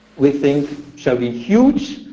we think, should be huge.